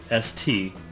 st